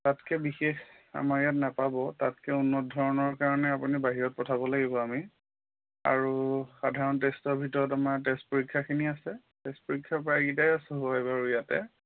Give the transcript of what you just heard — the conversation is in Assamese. তাতকে বিশেষ আমাৰ ইয়াত নাপাব তাতকে উন্নত ধৰণৰ কাৰণে আপুনি বাহিৰত পঠাব লাগিব আমি আৰু সাধাৰণ টেষ্টৰ ভিতৰত আমাৰ তেজ পৰীক্ষাখিনি আছে তেজ পৰীক্ষা প্ৰায়কিটাই আছে হয় বাৰু ইয়াতে